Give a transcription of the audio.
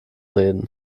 reden